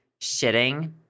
shitting